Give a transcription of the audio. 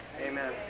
Amen